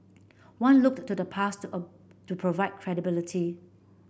one looked to the past a to provide credibility